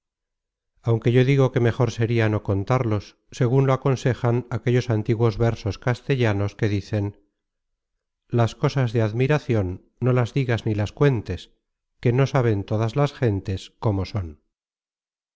aunque yo digo que mejor sería no contarlos segun lo aconsejan aquellos antiguos versos castellanos que dicen las cosas de admiracion no las digas ni las cuentes que no saben todas gentes cómo son